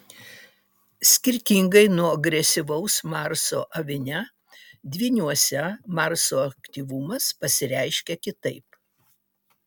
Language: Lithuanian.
skirtingai nuo agresyvaus marso avine dvyniuose marso aktyvumas pasireiškia kitaip